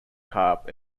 carp